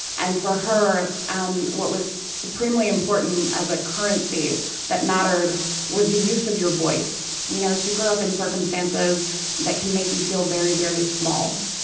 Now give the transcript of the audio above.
and for her, um what was supremely important as a currency that mattered was the use of your voice. you know she grew up in circumstances that can make you feel very, very small.